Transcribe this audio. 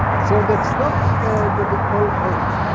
so that's not that they all hate.